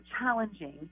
challenging